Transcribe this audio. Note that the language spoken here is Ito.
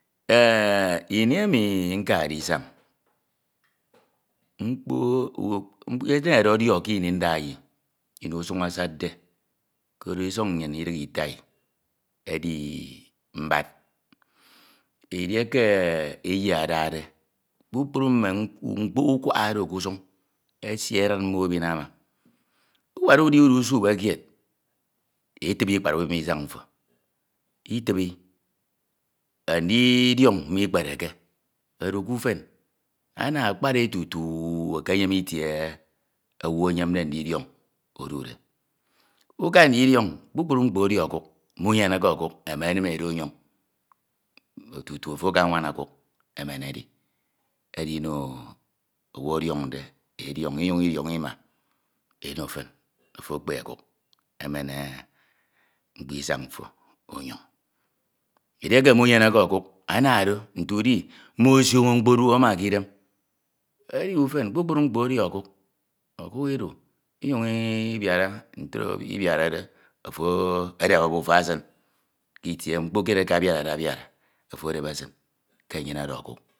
Enu ini enu nkade isañ mkpo enenere ọdiọk ke ini ndaeyi ini usun asadde koro isọñ nnyin idighe itai edi mbad. Edieke eyi adade kpukpru mme mkpoho ukwak oro ke usun esi edid mmo ebin ama. Uwad udi udusube kied e tibi ikpad ubim isan mfo, itibi andidioñ mikpereke edu ke ufan. Ana akpade tutu. U ekeyem itu owu eyemde ndidiọñ edhde. Uka ndidiọn kpukpru mkpo edi ọkuk. Munye eke ọkuk, emenim e do ọnyoñ tutu ofo akanwana ọkuk emen edi edino owu ọdiọñde e diọñ inyuñ idioñ ima e no tin ofo ekpe ọkuk emen mkpo isan mfo onyoñ. Eduke munyeneke okuk ana aro nte uchi mmo osroño mkpoduoho ama ke idem, edi uten kpụkprụ mkpo echi ọkuk ụchuk ịdu, nnyin ibiara ntro iniarade ofo edep abuta esin ke itie mkpo kied eke abiarade biara ofo edep esin ke enyenede okuk.